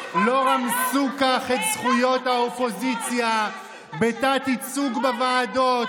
מעולם לא רמסו כך את זכויות האופוזיציה בתת-ייצוג בוועדות,